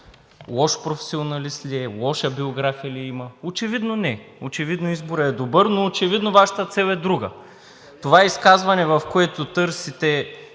лош професионалист ли е, лоша биография ли има? Очевидно не. Очевидно изборът е добър, но очевидно Вашата цел е друга. Това изказване, в което търсите